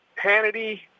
Hannity